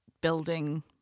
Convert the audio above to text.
building